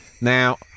Now